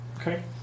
Okay